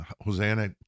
Hosanna